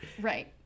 right